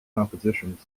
compositions